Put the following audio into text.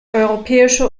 europäische